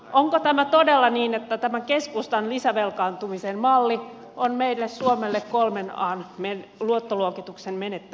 onko tämä todella niin että tämä keskustan lisävelkaantumisen malli on meille suomelle kolmen an luottoluokituksen menettämisen malli